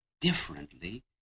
differently